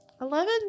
Eleven